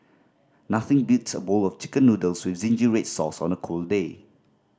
nothing beats a bowl of Chicken Noodles with zingy red sauce on a cold day